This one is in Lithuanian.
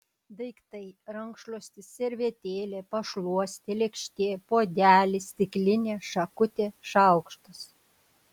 daiktai rankšluostis servetėlė pašluostė lėkštė puodelis stiklinė šakutė šaukštas